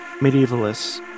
medievalists